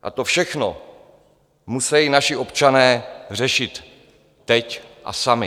A to všechno musejí naši občané řešit teď a sami.